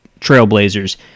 Trailblazers